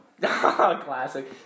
Classic